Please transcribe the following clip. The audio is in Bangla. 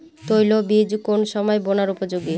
তৈল বীজ কোন সময় বোনার উপযোগী?